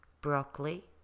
broccoli